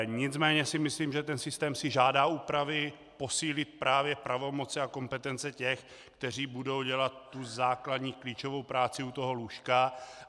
Nicméně si myslím, že ten systém si žádá úpravy, posílit právě pravomoci a kompetence těch, kteří budou dělat tu základní klíčovou práci u toho lůžka.